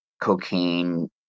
cocaine